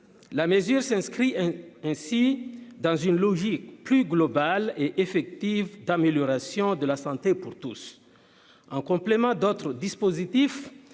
la mesure s'inscrit ainsi dans une logique plus globale et effective d'amélioration de la santé pour tous, en complément d'autres dispositifs